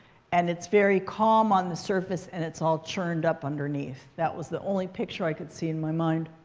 and it's very calm on the surface. and it's all churned up underneath. that was the only picture i could see in my mind,